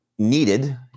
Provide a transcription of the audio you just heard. Needed